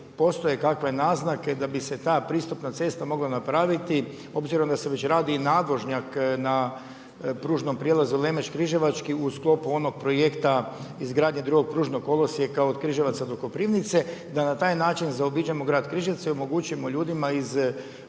postoje kakve naznake da bi se ta pristupna cesta mogla napraviti obzirom da se već radi i nadvožnjak na pružnom prijelazu Lemeš Križevački u sklopu onog projekta izgradnje drugog pružnog kolosijeka od Križevaca do Koprivnice, da na taj način zaobiđemo grad Križevce i omogućimo ljudima iz koprivničkog